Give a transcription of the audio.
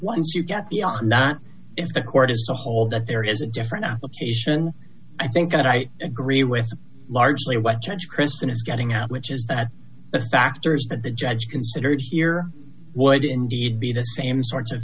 once you get beyond that if the court is to hold that there is a different application i think i agree with largely white church christian is getting out which is that the factors that the judge considered here would indeed be the same sorts of